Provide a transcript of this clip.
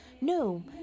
no